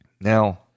Now